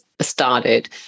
started